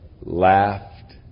laughed